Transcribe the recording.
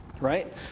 Right